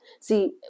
See